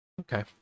okay